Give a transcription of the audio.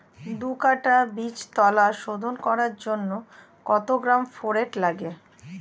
দু কাটা বীজতলা শোধন করার জন্য কত গ্রাম ফোরেট লাগে?